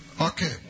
Okay